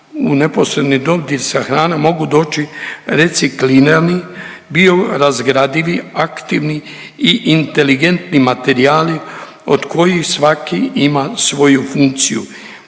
u neposredni dodir sa hranom mogu doći reciklirani biorazgradivi aktivni i inteligentni materijali od kojih svaki ima svoju funkciju.